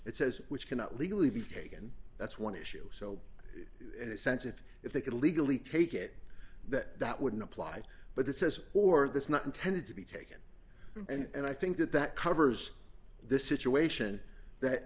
it says which cannot legally be taken that's one issue so in a sense it if they could legally take it that that wouldn't apply but it says or this is not intended to be taken and i think that that covers this situation that